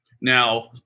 Now